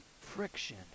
friction